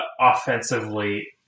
offensively